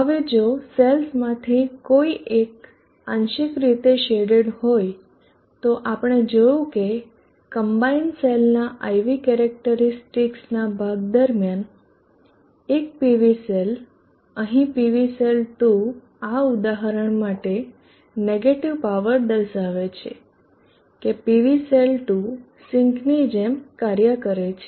હવે જો સેલ્સમાંથી કોઈ એક આંશિક રીતે શેડેડ હોય તો આપણે જોયું કે કમ્બાઈન સેલના IV કેરેક્ટરીસ્ટિકસનાં ભાગ દરમિયાન એક PV સેલ અહીં PV સેલ 2 આ ઉદાહરણ માટે નેગેટીવ પાવર દર્શાવે છે કે PV સેલ 2 સિંકની જેમ કાર્ય કરે છે